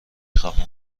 خواهم